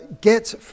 get